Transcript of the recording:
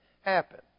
happen